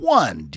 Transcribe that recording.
one